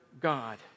god